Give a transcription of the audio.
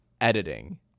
editing